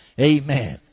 Amen